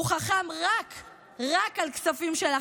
הוא חכם רק רק על כספים של אחרים.